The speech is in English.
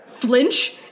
flinch